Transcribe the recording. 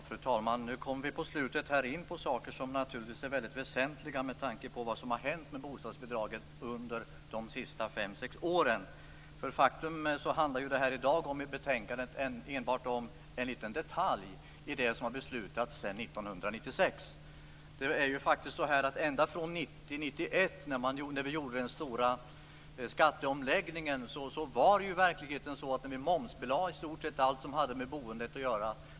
Fru talman! Nu kommer vi på slutet in på väsentliga saker med tanke på vad som har hänt med bostadsbidragen under de senaste fem sex åren. Dagens betänkande handlar om en liten detalj i det som beslutades 1996. Åren 1990-1991 när den stora skatteomläggningen ägde rum var verkligheten sådan att i stort sett allt som gällde boendet momsbelades.